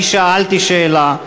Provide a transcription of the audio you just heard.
אני שאלתי שאלה,